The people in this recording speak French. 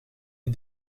les